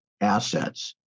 assets